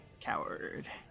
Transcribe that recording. Coward